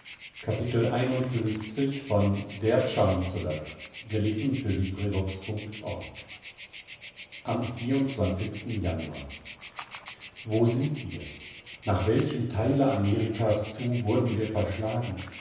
am januar wo sind wir nach welchem theile amerikas zu wurden wir verschlagen